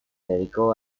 dedicó